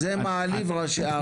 זה מעליב ראשי עיר.